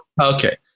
Okay